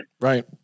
right